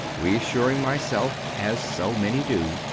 reassur ing myself, as so many do,